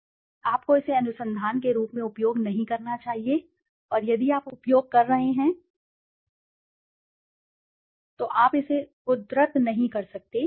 आपको इसे अनुसंधान के रूप में उपयोग नहीं करना चाहिए और यदि आप उपयोग कर रहे हैं तो आप इसे उद्धृत नहीं कर सकते